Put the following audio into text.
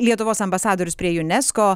lietuvos ambasadorius prie unesco